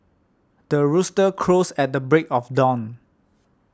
the rooster crows at the break of dawn